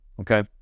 Okay